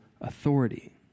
authority